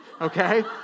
Okay